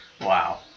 Wow